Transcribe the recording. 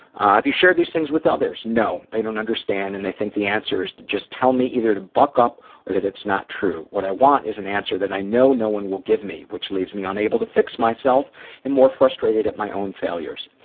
have you shared these things with others no. they don't understand and they think the answer is to just tell me either to buck up or that it's not true. what i want is an answer that i know no one will give me which leaves me unable to fix myself and more frustrated at my own failures.